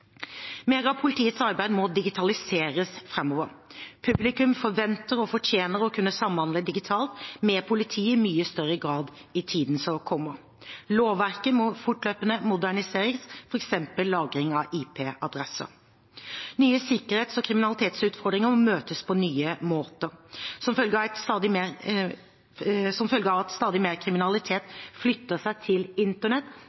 av politiets arbeid må digitaliseres framover. Publikum forventer, og fortjener, å kunne samhandle digitalt med politiet i mye større grad i tiden som kommer. Lovverket må fortløpende moderniseres, f.eks. ved lagring av IP-adresser. Nye sikkerhets- og kriminalitetsutfordringer må møtes på nye måter. Som følge av at stadig mer